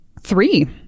Three